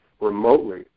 remotely